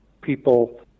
people